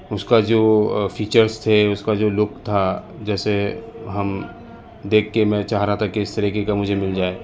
اس کا جو فیچرس تھے اس کا جو لک تھا جیسے ہم دیکھ کے میں چاہ رہا تھا کہ اس طریقے کا مجھے مل جائے